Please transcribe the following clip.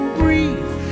breathe